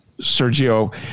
sergio